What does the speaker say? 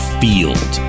field